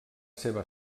seua